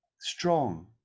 strong